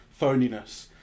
phoniness